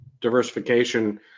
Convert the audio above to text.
diversification